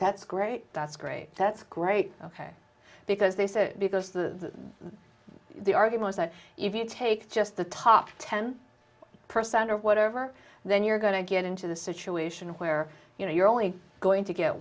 that's great that's great that's great because they said because the the argument that if you take just the top ten per cent or whatever then you're going to get into the situation where you know you're only going to get